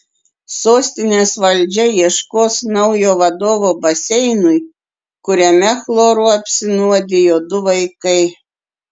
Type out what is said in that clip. sostinės valdžia ieškos naujo vadovo baseinui kuriame chloru apsinuodijo du vaikai